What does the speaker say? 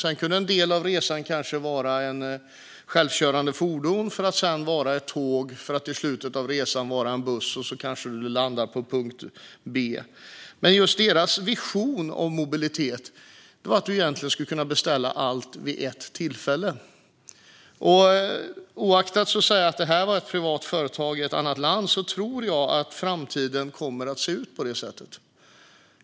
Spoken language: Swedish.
En del av resan skulle kunna ske med självkörande fordon för att sedan ske med tåg för att i slutet av resan ske med buss, och sedan kanske man landar på punkt B. Deras vision om mobilitet var alltså att vi skulle kunna beställa allt vid ett tillfälle. Även om det här var ett privat företag i ett annat land tror jag att framtiden kommer att se ut på det sättet.